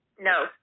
no